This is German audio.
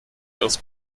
ihres